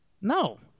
No